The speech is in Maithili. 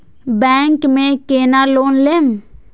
बैंक में केना लोन लेम?